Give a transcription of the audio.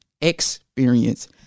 experience